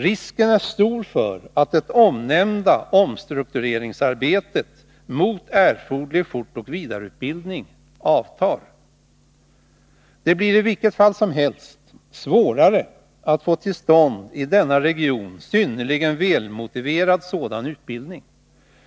Risken är stor för att det omnämnda omstruktureringsarbetet mot erforderlig fortoch vidareutbildning avtar. Det blir i vilket fall som helst svårare att få till stånd sådan i denna region synnerligen väl motiverad utbildning,